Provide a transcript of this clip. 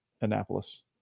Annapolis